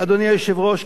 אדוני היושב-ראש,